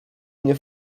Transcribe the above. mnie